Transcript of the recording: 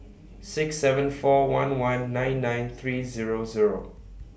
six seven four one one nine nine three Zero Zero